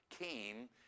came